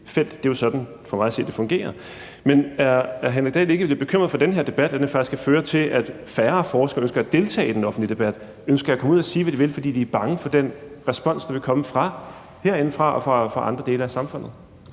Det er for mig at se, sådan det fungerer. Men er hr. Henrik Dahl ikke lidt bekymret for, at den her debat faktisk kan føre til, at færre forskere ønsker at deltage i den offentlige debat og ikke ønsker at komme ud og sige, hvad de vil, fordi de er bange for den respons, der vil komme herindefra og fra andre dele af samfundet?